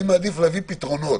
ואני מעדיף להביא פתרונות.